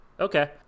okay